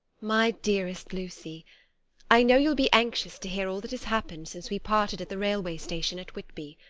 my dearest lucy i know you will be anxious to hear all that has happened since we parted at the railway station at whitby.